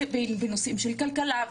בנושאים של כלכלה,